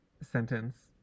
sentence